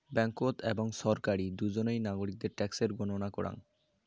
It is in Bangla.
ব্যাঙ্ককোত এবং ছরকারি দুজনেই নাগরিকদের ট্যাক্সের গণনা করাং